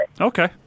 Okay